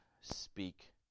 speak